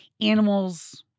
animals